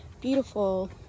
beautiful